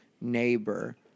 neighbor